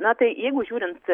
na tai jeigu žiūrint